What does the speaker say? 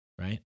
Right